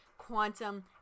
Quantum